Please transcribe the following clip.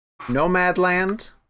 Nomadland